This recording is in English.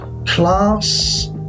class